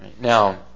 Now